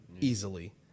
Easily